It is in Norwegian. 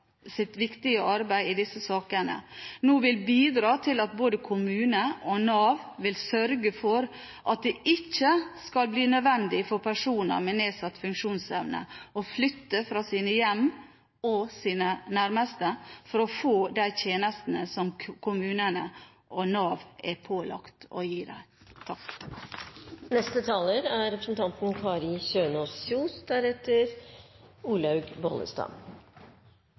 viktige arbeid i disse sakene nå vil bidra til at både kommune og Nav vil sørge for at det ikke skal bli nødvendig for personer med nedsatt funksjonsevne å flytte fra sine hjem og sine nærmeste for å få de tjenestene som kommunene og Nav er pålagt å gi dem. Jeg ser at dagens interpellasjon er